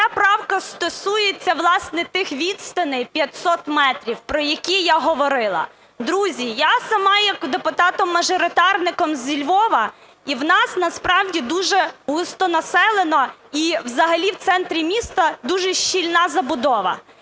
Ця правка стосується, власне, тих відстаней 500 метрів, про які я говорила. Друзі, я сама є депутатом мажоритарником зі Львова, і у нас насправді дуже густонаселено, і взагалі в центрі міста дуже щільна забудова.